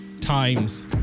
times